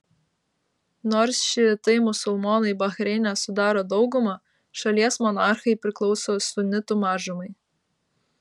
nors šiitai musulmonai bahreine sudaro daugumą šalies monarchai priklauso sunitų mažumai